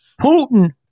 Putin